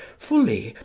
fully,